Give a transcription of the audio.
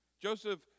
Joseph